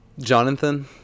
Jonathan